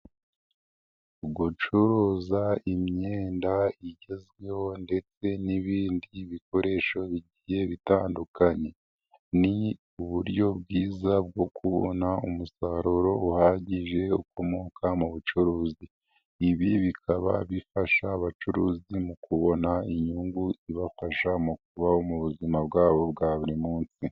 Gucuruza imyenda igezweho ndetse n'ibindi bikoresho bigiye bitandukanye, ni uburyo bwiza bwo kubona umusaruro uhagije ukomoka mu bucuruzi, ibi bikaba bifasha abacuruzi mu kubona inyungu ibafasha mu kubaho mu buzima bwabo bwa buri munsi.